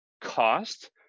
cost